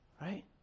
Right